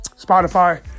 Spotify